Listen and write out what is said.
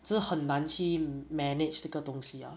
是很难去 manage 这个东西 ah